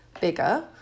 bigger